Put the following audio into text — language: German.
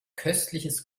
köstliches